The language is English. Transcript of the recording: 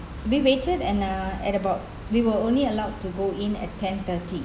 we waited and uh at about we were only allowed to go in at ten thirty